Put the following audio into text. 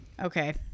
Okay